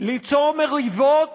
ליצור מריבות